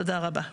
תודה רבה.